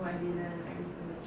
mean